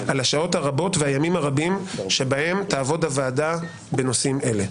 על השעות הרבות והימים הרבים שבהם תעבוד הוועדה בנושאים אלה.